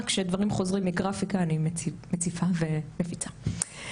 כשדברים חוזרים מגרפיקה מציפה ומפיצה.